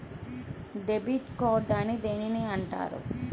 Debit card అని దేనిని అంటారు?